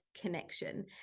connection